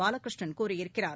பாலகிருஷ்ணன் கூறியிருக்கிறார்